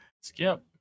skip